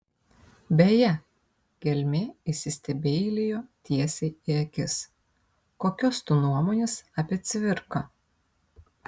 beje gelmė įsistebeilijo tiesiai į akis kokios tu nuomonės apie cvirką